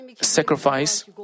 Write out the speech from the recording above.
sacrifice